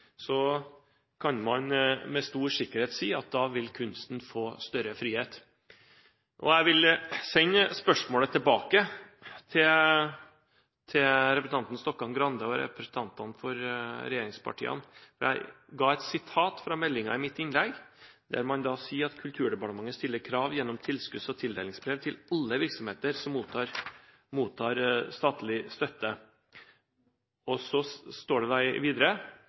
så kan man med stor sikkerhet si at da vil kunsten få større frihet. Jeg vil sende spørsmålet tilbake til representanten Stokkan-Grande og representantene for regjeringspartiene. Jeg kom med et sitat fra meldingen i innlegget mitt: «Kulturdepartementet stiller krav til alle virksomheter som mottar statlig støtte.» Videre står det: «Inkludering og kulturelt mangfold skal inngå som en naturlig del av programmering, organisasjonsutvikling, rekruttering og